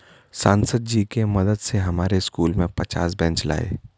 सांसद जी के मदद से हमारे स्कूल में पचास बेंच लाए